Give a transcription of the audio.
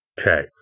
Okay